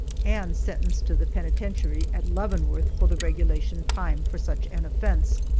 and sentenced to the penitentiary at leavenworth for the regulation time for such an offense,